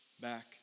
back